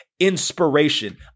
Inspiration